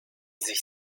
sich